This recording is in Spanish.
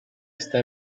está